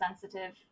sensitive